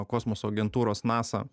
kosmoso agentūros nasa